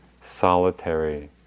solitary